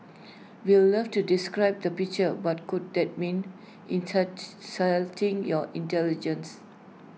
we'll love to describe the picture but could that mean your intelligence